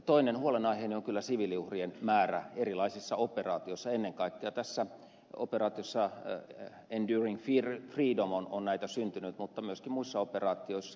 toinen huolenaiheeni on kyllä siviiliuhrien määrä erilaisissa operaatioissa ennen kaikkea tässä operaatiossa enduring freedom on näitä syntynyt mutta myöskin muissa operaatioissa